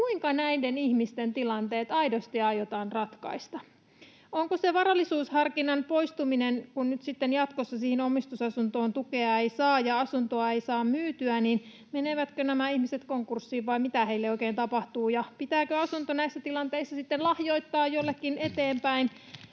kuinka näiden ihmisten tilanteet aidosti aiotaan ratkaista? Onko se varallisuusharkinnan poistuminen? Kun nyt sitten jatkossa siihen omistusasuntoon tukea ei saa ja asuntoa ei saa myytyä, niin menevätkö nämä ihmiset konkurssiin vai mitä heille oikein tapahtuu? Ja pitääkö asunto näissä tilanteissa sitten lahjoittaa jollekin eteenpäin,